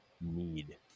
need